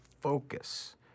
focus